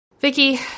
Vicky